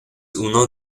uno